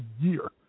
year